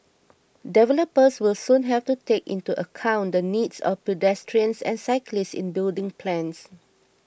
developers will soon have to take into account the needs of pedestrians and cyclists in building plans